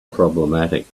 problematic